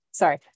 Sorry